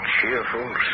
Cheerful